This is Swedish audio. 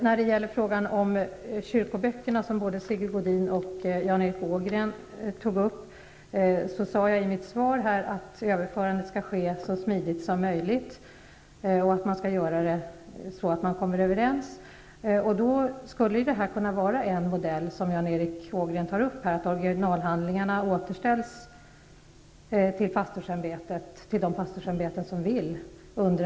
När det gäller kyrkoböckerna, som både Sigge Godin och Jan Erik Ågren tog upp, sade jag i mitt svar att överförandet skall ske så smidigt som möjligt och att det skall göras på grundval av överenskommelse. Enligt Jan Erik Ågrens modell skulle originalhandlingarna under en övergångsperiod, efter det att mikrofilmningen är avklarad, återställas till de pastorsämbeten som så önskar.